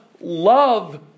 love